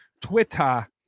Twitter